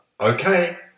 Okay